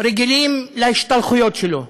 רגילים להשתלחויות שלו.